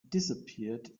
disappeared